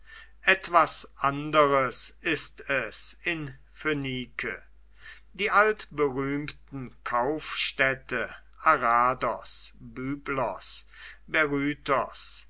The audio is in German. etwas anderes ist es in phoenike die altberühmten kaufstädte arados